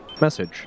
message